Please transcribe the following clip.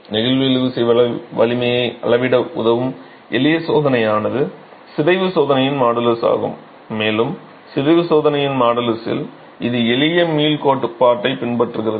நெகிழ்வு இழுவிசை வலிமையை அளவிட உதவும் எளிய சோதனையானது சிதைவு சோதனையின் மாடுலஸ் ஆகும் மேலும் சிதைவு சோதனையின் மாடுலஸில் இது எளிய மீள் கோட்பாட்டைப் பின்பற்றுகிறது